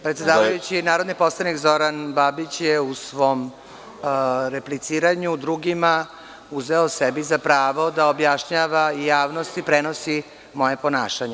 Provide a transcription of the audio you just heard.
Predsedavajući, narodni poslanik Zoran Babić je u svom repliciranju drugima uzeo sebi za pravo da objašnjava i javnosti i prenosi moje ponašanje.